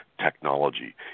technology